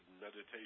meditation